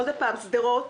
עוד פעם, בשדרות